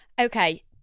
Okay